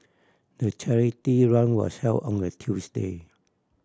the charity run was held on a Tuesday